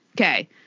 Okay